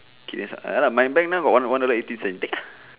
K sia ya lah my bank now got one one dollar eighty cent take lah